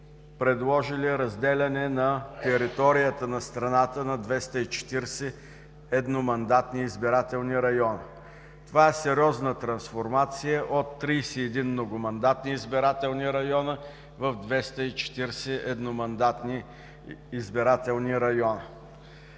предложили разделяне на територията на страната на 240 едномандатни избирателни райони. Това е сериозна трансформация – от 31 многомандатни избирателни района в 240 едномандатни избирателни района.